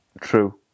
True